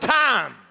time